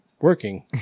working